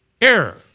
Error